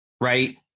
Right